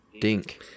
dink